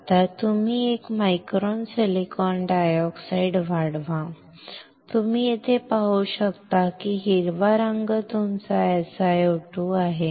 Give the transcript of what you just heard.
आता तुम्ही एक मायक्रॉन सिलिकॉन डायऑक्साइड वाढवा तुम्ही येथे पाहू शकता की हिरवा रंग तुमचा SiO2 आहे